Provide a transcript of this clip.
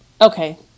Okay